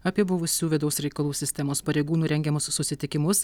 apie buvusių vidaus reikalų sistemos pareigūnų rengiamus susitikimus